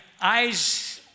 eyes